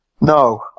no